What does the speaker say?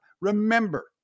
Remember